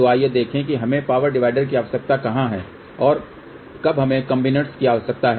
तो आइए देखें कि हमें पावर डिवाइडर की आवश्यकता कहाँ है और कब हमें कॉम्बिनर्स की आवश्यकता है